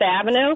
Avenue